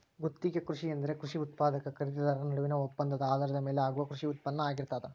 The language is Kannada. ಗುತ್ತಿಗೆ ಕೃಷಿ ಎಂದರೆ ಕೃಷಿ ಉತ್ಪಾದಕ ಖರೀದಿದಾರ ನಡುವಿನ ಒಪ್ಪಂದದ ಆಧಾರದ ಮೇಲೆ ಆಗುವ ಕೃಷಿ ಉತ್ಪಾನ್ನ ಆಗಿರ್ತದ